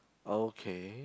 okay